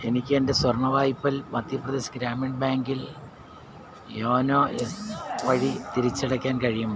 എനിക്ക് എൻ്റെ സ്വർണ്ണ വായ്പ മധ്യപ്രദേശ് ഗ്രാമീൺ ബാങ്കിൽ യോനോ എസ് വഴി തിരിച്ചടയ്ക്കാൻ കഴിയുമോ